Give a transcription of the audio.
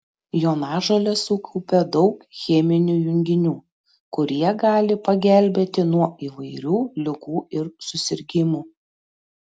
jonažolės sukaupia daug cheminių junginių kurie gali pagelbėti nuo įvairių ligų ir susirgimų